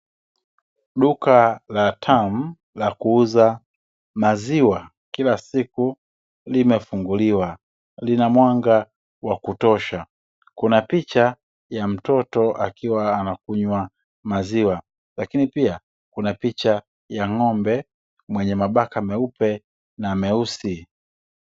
Duka la tamu la kuuza maziwa kila siku limefunguliwa lina mwanga wa kutosha, kuna picha ya mtoto akiwa anakunywa maziwa lakini pia kuna picha ya ng'ombe mwenye mabaka meupe na meusi.